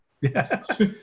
Yes